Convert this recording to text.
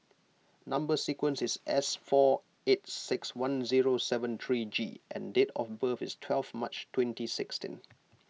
Number Sequence is S four eight six one zero seven three G and date of birth is twelve March twenty sixteen